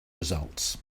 results